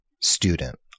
student